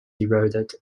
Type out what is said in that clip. eroded